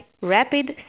rapid